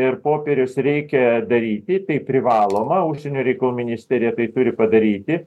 ir popierius reikia daryti tai privaloma užsienio reikalų ministerija tai turi padaryti